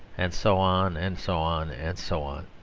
and so on, and so on, and so on.